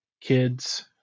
kids